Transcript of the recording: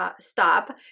stop